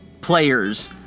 players